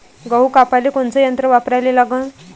गहू कापाले कोनचं यंत्र वापराले लागन?